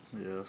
Yes